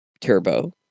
Turbo